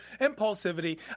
impulsivity